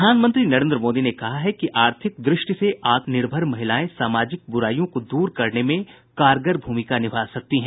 प्रधानमंत्री नरेन्द्र मोदी ने कहा है कि आर्थिक दृष्टि से आत्मनिर्भर महिलाएं सामाजिक बुराइयों को दूर करने में कारगर भूमिका निभा सकती हैं